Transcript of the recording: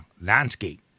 Landscape